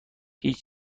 هیچ